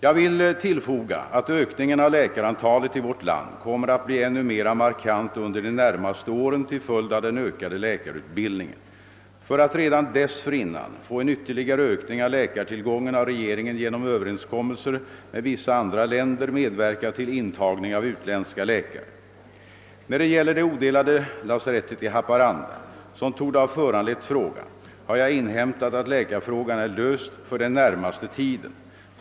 Jag vill tillfoga att ökningen av läkarantalet i vårt land kommer att bli ännu mera markant under de närmaste åren till följd av den ökade läkarutbildningen. För att redan dessförinnan få en ytterligare ökning av läkartillgången har regeringen genom Ööverenskommelser med vissa andra länder medverkat till intagning av utländska läkare. När det gäller det odelade lasarettet i Haparanda, som torde ha föranlett frågan, har jag inhämtat att läkarfrågan är löst för den närmaste tiden.